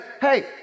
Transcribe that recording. hey